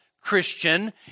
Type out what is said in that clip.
Christian